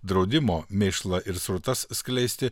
draudimo mėšlą ir srutas skleisti